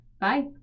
Bye